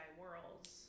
Worlds